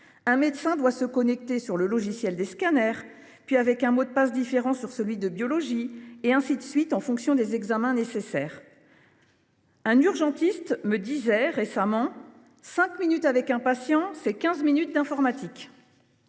Un médecin doit se connecter sur le logiciel des scanners, puis, un mot de passe différent, sur le logiciel de biologie, et ainsi de suite en fonction des examens nécessaires. Un urgentiste me disait récemment :« Cinq minutes avec un patient, c’est quinze minutes d’informatique.